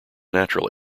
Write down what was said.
natural